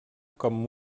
com